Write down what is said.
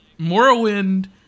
Morrowind